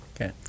Okay